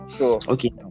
okay